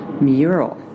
mural